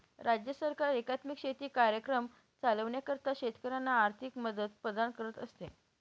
राज्य सरकार एकात्मिक शेती कार्यक्रम चालविण्याकरिता शेतकऱ्यांना आर्थिक मदत प्रदान करत असते